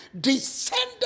descended